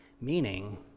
Meaning